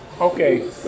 okay